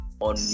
on